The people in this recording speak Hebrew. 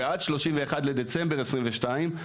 עד 31 בדצמבר 2022,